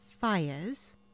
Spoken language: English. fires